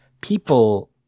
people